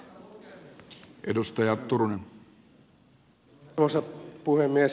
arvoisa puhemies